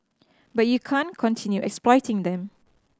but you can't continue exploiting them